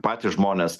patys žmonės